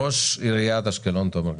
ראש עיריית אשקלון, תומר גלאם,